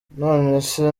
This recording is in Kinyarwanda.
nonese